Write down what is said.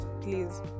please